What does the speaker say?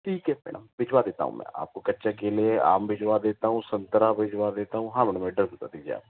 ठीक है मैडम भिजवा देता हूँ मैं आपको कच्चे केले आम भिजवा देता हूँ संतरा भिजवा देता हूँ हाँ मैडम एड्रेस बता दीजिए आप